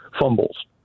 fumbles